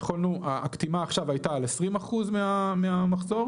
הקטימה עכשיו הייתה על 20% מהמחזור,